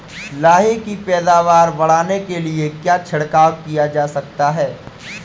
लाही की पैदावार बढ़ाने के लिए क्या छिड़काव किया जा सकता है?